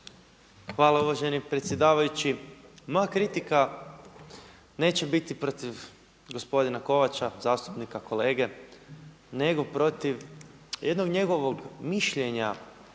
Hvala uvaženi predsjedavajući. Moja kritika neće biti protiv gospodina Kovača, zastupnika, kolege, nego protiv jednog njegovog mišljenja